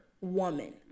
woman